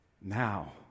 now